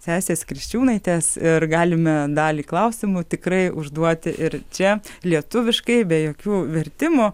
sesės kriščiūnaitės ir galime dalį klausimų tikrai užduoti ir čia lietuviškai be jokių vertimų